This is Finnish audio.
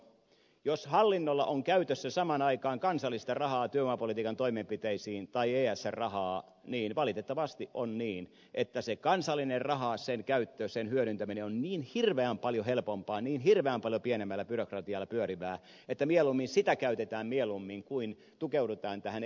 jos hallinnolla on käytössä samaan aikaan kansallista rahaa työvoimapolitiikan toimenpiteisiin tai esr rahaa niin valitettavasti on niin että se kansallinen raha sen käyttö sen hyödyntäminen on niin hirveän paljon helpompaa niin hirveän paljon pienemmällä byrokratialla pyörivää että mieluummin sitä käytetään kuin tukeudutaan tähän esr rahaan